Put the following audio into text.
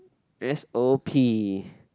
s_o_p